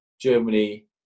Germany